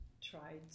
tried